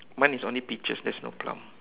mine is only peaches there's no plum